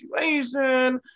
situation